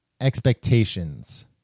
expectations